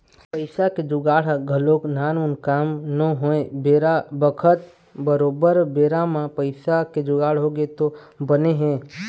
पइसा के जुगाड़ ह घलोक नानमुन काम नोहय बेरा बखत बरोबर बेरा म पइसा के जुगाड़ होगे तब तो बने हे